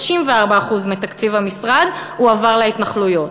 34% מתקציב המשרד הועבר להתנחלויות.